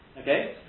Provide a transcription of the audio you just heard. Okay